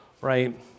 right